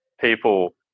people